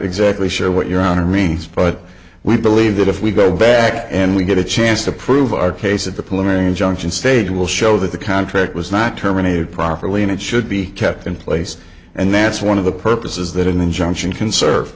exactly sure what your honor means but we believe that if we go back and we get a chance to prove our case that the pulling injunction stage will show that the contract was not terminated properly and it should be kept in place and that's one of the purposes that an injunction can serve